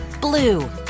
blue